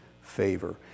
favor